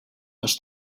els